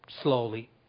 slowly